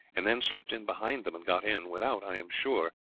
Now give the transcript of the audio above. and then slipped in behind them, and got in without, i am sure,